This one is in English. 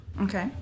Okay